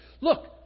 Look